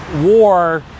war